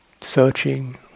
searching